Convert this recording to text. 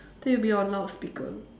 then it'll be on loudspeaker